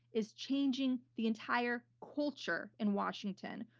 is changing the entire culture in washington,